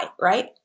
right